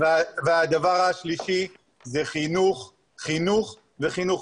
הדבר השלישי זה חינוך חינוך וחינוך.